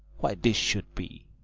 why this should be.